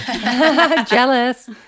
Jealous